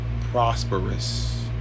prosperous